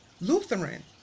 Lutheran